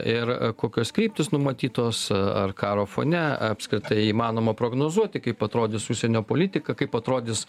ir kokios kryptys numatytos ar karo fone ar apskritai įmanoma prognozuoti kaip atrodys užsienio politika kaip atrodys